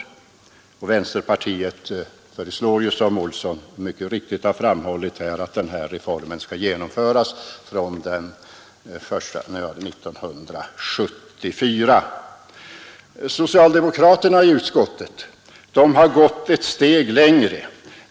Vänsterpartiet kommunisterna föreslår ju, som herr Olsson i Stockholm mycket riktigt har framhållit, att den här reformen skall gälla från och med 1974. Socialdemokraterna i utskottet har gått ett steg längre.